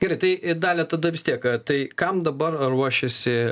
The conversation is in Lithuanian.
gerai tai dalia tada vis tiek tai kam dabar ruošiasi